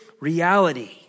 reality